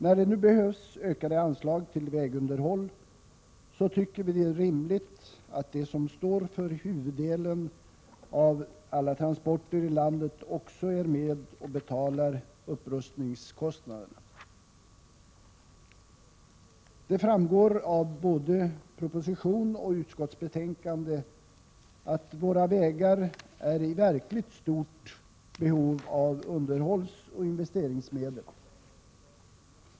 När det nu behövs ökade anslag till vägunderhåll tycker vi att det är rimligt att de som står för huvuddelen av alla transporter i landet också är med och betalar upprustningskostnaderna. Det framgår av både propositionen och utskottsbetänkandet att våra vägar är i verkligt stort behov av underhållsoch investeringsmedel.